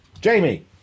Jamie